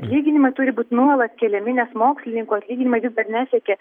atlyginimai turi būt nuolat keliami nes mokslininkų atlyginimai vis dar nesiekia